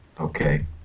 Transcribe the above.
Okay